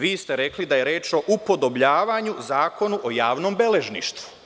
Vi ste rekli da je reč o upodobljavanju Zakonu o javnom beležništvu.